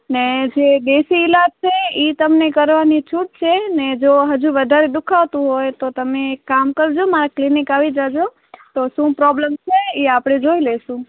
અને જે દેશી ઈલાજ છે એ તમને કરવાની છૂટ છે ને જો હજી વધારે દુઃખતું હોય તો તમે એક કામ કરજો મારા ક્લિનિક આવી જજો તો શું પ્રૉબ્લેમ છે એ આપણે જોઈ લઇશું